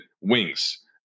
wings